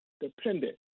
dependent